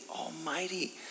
almighty